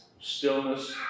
stillness